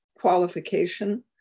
qualification